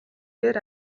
дээр